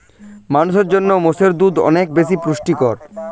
মানুষের জন্য মোষের দুধ অনেক বেশি পুষ্টিকর